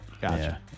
gotcha